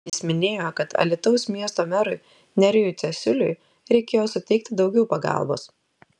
jis minėjo kad alytaus miesto merui nerijui cesiuliui reikėjo suteikti daugiau pagalbos